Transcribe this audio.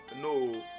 No